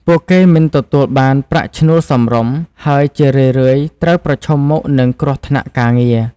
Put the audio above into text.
ពួកគេមិនទទួលបានប្រាក់ឈ្នួលសមរម្យ ហើយជារឿយៗត្រូវប្រឈមមុខនឹងគ្រោះថ្នាក់ការងារ។